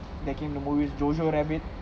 that become the movies jojo rabbit